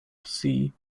see